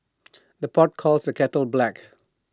the pot calls the kettle black